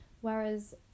Whereas